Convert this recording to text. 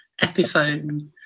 Epiphone